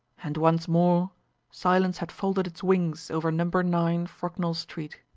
and once more silence had folded its wings over number nine, frognall street.